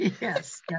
Yes